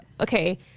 Okay